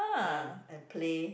ah and play